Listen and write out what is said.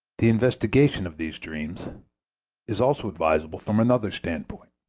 the investigation of these dreams is also advisable from another standpoint.